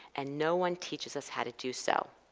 and no one teaches us how to do so.